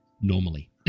normally